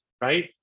Right